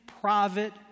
private